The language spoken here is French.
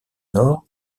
nord